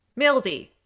Mildy